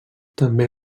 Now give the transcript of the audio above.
també